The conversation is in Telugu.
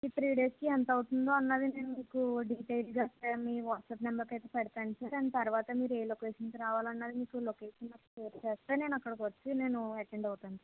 ఈ త్రీ డేస్కి ఎంతవుతుంది అన్నది మేము మీకు డీటెయిల్గా సార్ మీ వాట్సాప్ నెంబర్కయితే పెడతాను సార్ అండ్ దాని తరువాత మీరు ఏ లొకేషన్కి రావాలన్నది మీకు లొకేషన్ నాకు షేర్ చేస్తే నేను అక్కడికి వచ్చి నేను అటెండ్ అవుతాను సార్